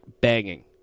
banging